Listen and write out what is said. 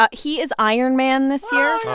ah he is iron man this year.